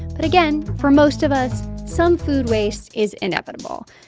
but again, for most of us, some food waste is inevitable.